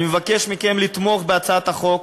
אני מבקש מכם לתמוך בהצעת החוק,